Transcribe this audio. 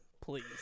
Please